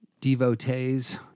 devotees